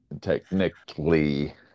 Technically